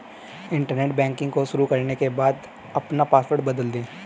internet banking को शुरू करने के बाद अपना पॉसवर्ड बदल दे